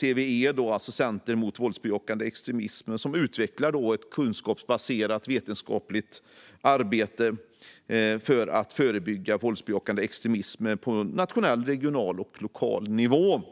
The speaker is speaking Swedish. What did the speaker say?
CVE, Center mot våldsbejakande extremism, som utvecklar ett kunskapsbaserat, vetenskapligt arbete för att förebygga våldsbejakande extremism på nationell, regional och lokal nivå.